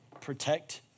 protect